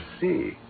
see